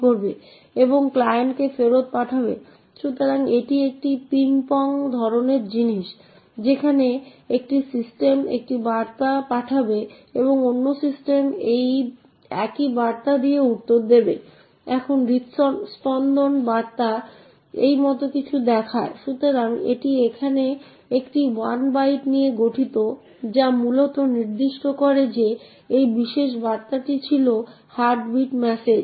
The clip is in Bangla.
এই রিটার্ন অ্যাড্রেসের আগে একটি শব্দ যেখানে প্রিন্টফের আর্গুমেন্ট রয়েছে তাই ffffcf48 মূলত printf এর জন্য আর্গুমেন্ট যা মূলত user string এর অ্যাড্রেস